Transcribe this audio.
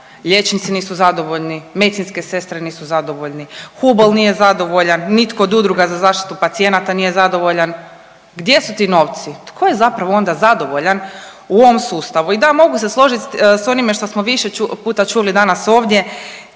liječnici nisu zadovoljni, medicinske sestre nisu zadovoljni, HUBOL nije zadovoljan, nitko od udruga za zaštitu pacijenata nije zadovoljan, gdje su ti novci, tko je zapravo onda zadovoljan u ovom sustavu. I da mogu se složiti s onime što smo više puta čuli danas ovdje,